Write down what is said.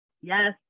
Yes